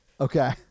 Okay